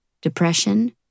depression